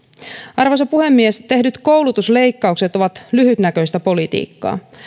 arvoisa puhemies tehdyt koulutusleikkaukset ovat lyhytnäköistä politiikkaa